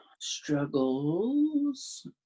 Struggles